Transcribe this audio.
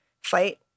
fight